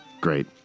Great